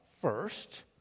first